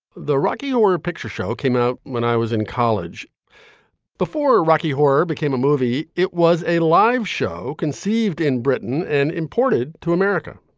the rocky horror picture show came out when i was in college before rocky horror became a movie. it was a live show conceived in britain and imported to america.